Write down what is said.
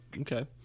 Okay